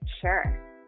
Sure